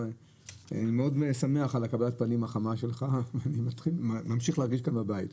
אני מאוד שמח על קבלת הפנים החמה שלך ואני ממשיך להרגיש כאן בבית.